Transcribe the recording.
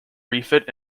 refit